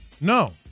No